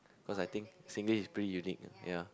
cause I think Singlish is pretty unique ah ya